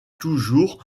toujours